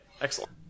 Excellent